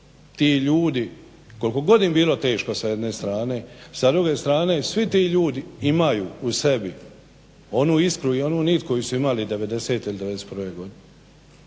Ti ljudi kolko god im bilo teško sa jedne strane, sa druge strane svi ti ljudi imaju u sebi onu iskru i onu nit koju su imali devedesete ili